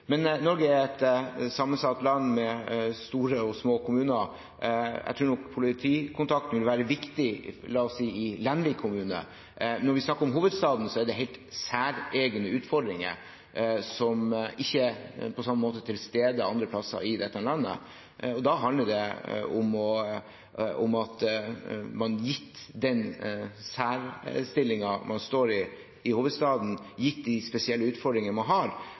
Men Norge er et sammensatt land med store og små kommuner, og jeg tror nok politikontaktene vil være viktig i – la oss si – Lenvik kommune. Når vi snakker om hovedstaden, er det helt særegne utfordringer der som ikke er til stede på samme måte andre steder i dette landet. Da handler det om at man – gitt den særstillingen man står i i hovedstaden og gitt de spesielle utfordringene man har